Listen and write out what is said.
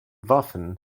waffen